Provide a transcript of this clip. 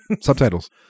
Subtitles